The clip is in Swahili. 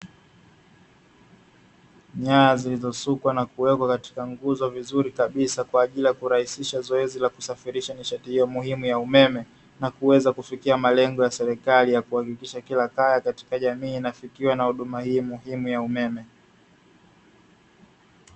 Nyaya zilizosukwa na kuwekwa katika nguzo vizuri kabisa kwa ajili ya kurahisha zoezi la kusafirisha nishati hiyo muhimu ya umeme, na kuweza kufikia malengo ya serikali ya kuhakikisha kila kaya katika jamii inafikiwa na huduma hii muhimu ya umeme.